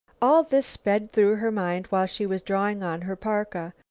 all this sped through her mind while she was drawing on her parka.